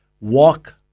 walk